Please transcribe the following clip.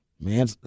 man